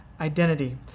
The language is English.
identity